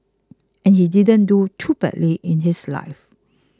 and he didn't do too badly in his life